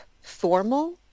formal